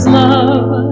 love